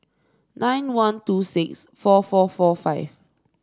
nine one two six four four four five